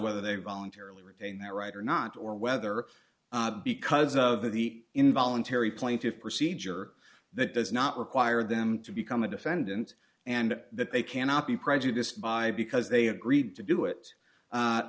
whether they voluntarily retain their right or not or whether because of the involuntary plaintiff procedure that does not require them to become a defendant and that they cannot be prejudiced by because they agreed to do it